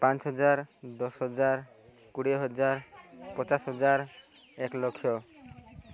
ପାଞ୍ଚ ହଜାର ଦଶ ହଜାର କୋଡ଼ିଏ ହଜାର ପଚାଶ ହଜାର ଏକ ଲକ୍ଷ